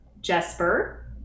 Jesper